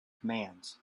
commands